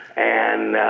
and,